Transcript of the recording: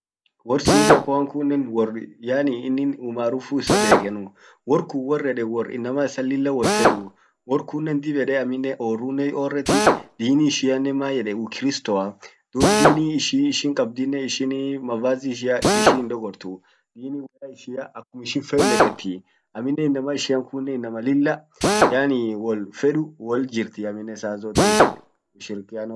Wor Singapore kunnen, worr yaani innin umaarufu issa bekenuu. Wor kun worr eden wor inama isan lilla wol feduu .wor kunnen dib ede amminen orrunen hiorreti, dini ishiannen maeden ukiristoa. Dub dini ishin ishin kabdinnen ishini mavazi ishian ishi hindogortu. akkum ishin fet neketii.amminen inama ishian kunnen, inama lilla yaani wol feduu, woljirti amminen saa zote.